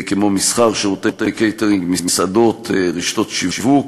כמו מסחר, שירותי קייטרינג ומסעדות, רשתות שיווק,